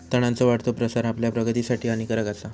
तणांचो वाढतो प्रसार आपल्या प्रगतीसाठी हानिकारक आसा